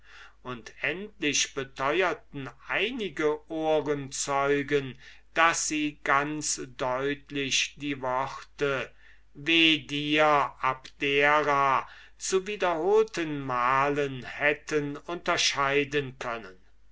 und endlich beteuerten einige ohrenzeugen daß sie ganz deutlich die worte weh dir abdera zu wiederholtenmalen hätten unterscheiden können